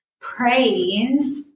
praise